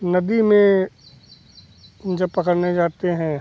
नदी में जब पकड़ने जाते हैं